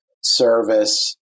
service